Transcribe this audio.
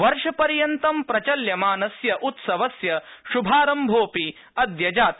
वर्षपर्यन्तं प्रचल्यमानस्य उत्सवस्य श्भारम्भ अपि अद्य जात